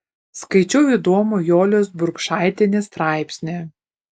skaičiau įdomų jolės burkšaitienės straipsnį